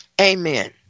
Amen